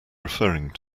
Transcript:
referring